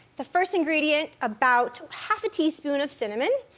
the first ingredient, about half a teaspoon of cinnamon.